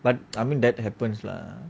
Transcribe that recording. but I mean that happens lah